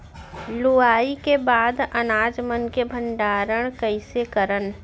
लुवाई के बाद अनाज मन के भंडारण कईसे करन?